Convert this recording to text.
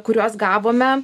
kuriuos gavome